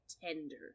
tender